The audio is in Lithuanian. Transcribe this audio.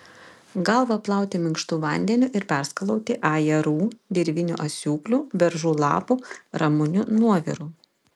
galvą plauti minkštu vandeniu ir perskalauti ajerų dirvinių asiūklių beržų lapų ramunių nuoviru